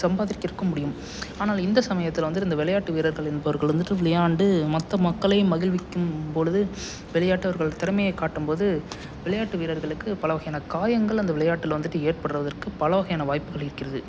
சம்பாதிக்கிறகும் முடியும் ஆனாலும் இந்த சமயத்தில் வந்து இந்த விளையாட்டு வீரர்கள் என்பார்கள் வந்துட்டு விளையாண்டு மொத்த மக்களையும் மகிழ்விக்கும் பொழுது விளையாட்டவர்கள் திறமையை காட்டும்போது விளையாட்டு வீரர்களுக்கு பலவகையான காயங்கள் அந்த விளையாட்டில் வந்துட்டு ஏற்படுகிறதுக்கு பலவகையான வாய்ப்புகள் இருக்கிறது